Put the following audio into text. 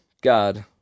God